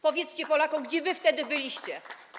Powiedzcie Polakom, gdzie wy wtedy byliście.